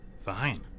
Fine